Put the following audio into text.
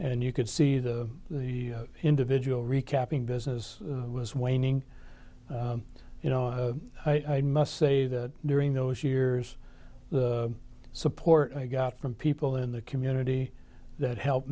and you could see that the individual recapping business was waning you know i must say that during those years the support i got from people in the community that helped